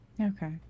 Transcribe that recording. Okay